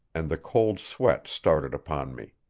and the cold sweat started upon me.